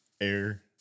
air